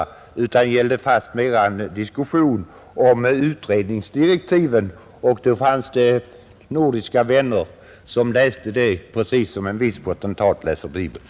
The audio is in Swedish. Det var fastmera en diskussion om utredningsdirektiven. Det fanns emellertid nordiska vänner som läste dem precis som en viss potentat läser bibeln.